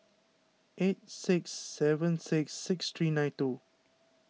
eight six seven six six three nine two